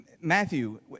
Matthew